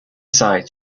side